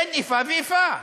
אין איפה ואיפה.